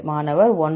மாணவர் 1